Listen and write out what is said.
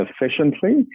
efficiently